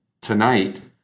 tonight